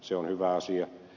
se on hyvä asia